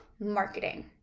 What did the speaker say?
marketing